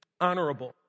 honorable